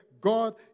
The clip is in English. God